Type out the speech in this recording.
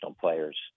players